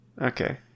Okay